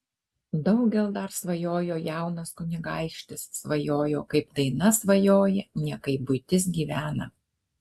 daugel dar svajojo jaunas kunigaikštis svajojo kaip daina svajoja ne kaip buitis gyvena